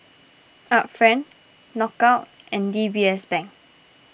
Art Friend Knockout and D B S Bank